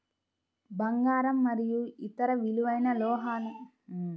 బంగారం మరియు ఇతర విలువైన లోహాలు విలువైన నిల్వలు ఎందుకంటే వాటి షెల్ఫ్ జీవితాలు తప్పనిసరిగా శాశ్వతమైనవి